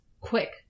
quick